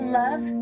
love